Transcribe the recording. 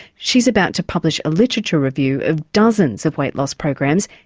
she's about to publish a literature review of dozens of weight loss programs,